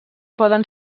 poden